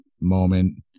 moment